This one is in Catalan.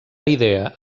idea